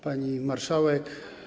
Pani Marszałek!